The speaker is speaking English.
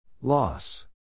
Loss